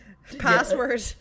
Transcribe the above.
Password